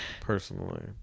personally